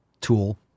tool